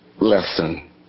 lesson